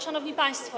Szanowni Państwo!